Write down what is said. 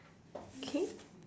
K